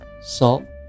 salt